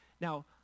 Now